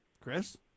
chris